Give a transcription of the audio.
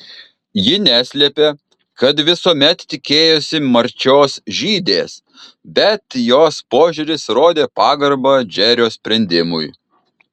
ji neslėpė kad visuomet tikėjosi marčios žydės bet jos požiūris rodė pagarbą džerio sprendimui